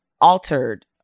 altered